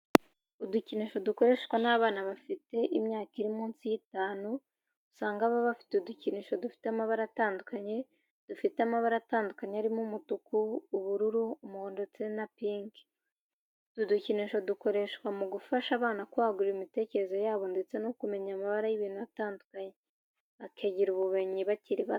Udukinisho dukoreshwa n'abana bato bafite imyaka iri munsi y'itanu, usanga baba bafite udukinisho dufite amabara atandukanye dufite amabara atandukanye arimo umutuku, ubururu, umuhondo, ndetse na pinki. Utu dukinisho dukoreshwa mugufasha abana kwagura imitekerereze yabo ndetse no kumenya amabara y'ibintu atandukanye, bakagira ubu bumenyi bakiri bato.